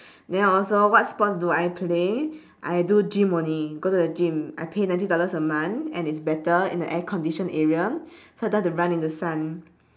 then also what sports do I play I do gym only go to the gym I pay ninety dollars a month and it's better in a air condition area so I don't have to run in the sun